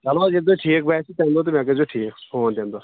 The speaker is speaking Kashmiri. چلو حظ ییٚلہِ تۄہہِ ٹھیٖک باسِو تیٚلہ گوٚو زِ مےٚ کٔرۍزیوٚ ٹھیٖک فون تَمہِ دۄہ